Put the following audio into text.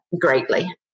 greatly